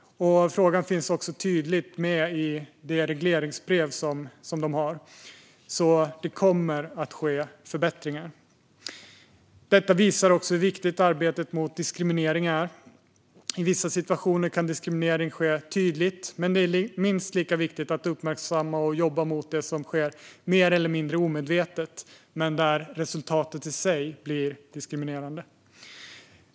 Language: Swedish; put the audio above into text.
Frågan finns också tydligt med i det regleringsbrev som man har. Det kommer alltså att ske förbättringar. Detta visar också hur viktigt arbetet mot diskriminering är. I vissa situationer kan diskriminering ske tydligt, men det är minst lika viktigt att uppmärksamma och jobba mot det som sker mer eller mindre omedvetet men där resultatet i sig blir diskriminerande.